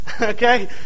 Okay